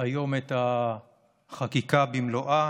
היום את החקיקה במלואה.